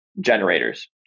generators